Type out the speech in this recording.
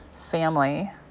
family